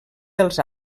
dels